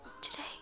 today